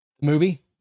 movie